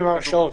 שעות.